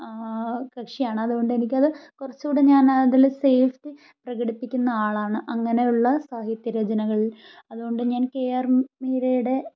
കക്ഷിയാണ് അതുകൊണ്ട് എനിക്ക് അത് കുറച്ചുകൂടെ ഞാനതിൽ സെയ്ഫ് പ്രകടിപ്പിക്കുന്ന ആളാണ് അങ്ങനെയുള്ള സാഹിത്യ രചനകൾ അതുകൊണ്ട് ഞാൻ കെ ആർ മീരയുടെ